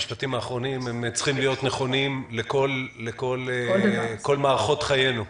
המשפטים האחרונים צריכים להיות נכונים לכל מערכות חיינו.